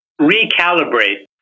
recalibrate